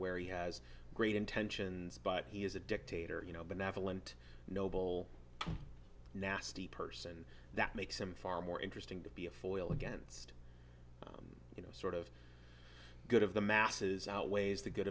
where he has great intentions but he is a dictator you know benevolent noble nasty person that makes him far more interesting to be a foil against you know sort of good of the masses outweighs the good